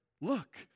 Look